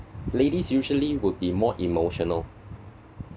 ladies usually would be more emotional